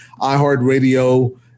iHeartRadio